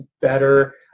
better